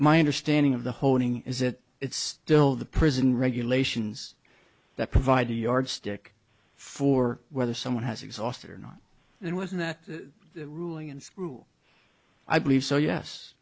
my understanding of the holding is that it's still the prison regulations that provide a yardstick for whether someone has exhausted or not it was in that ruling in school i believe so yes